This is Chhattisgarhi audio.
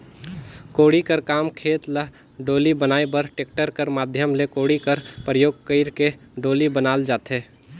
कोड़ी कर काम खेत ल डोली बनाए बर टेक्टर कर माध्यम ले कोड़ी कर परियोग कइर के डोली बनाल जाथे